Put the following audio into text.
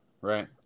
right